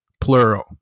plural